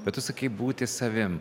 bet tu sakai būti savim